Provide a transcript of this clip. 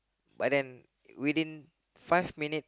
but then within five minute